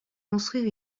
construire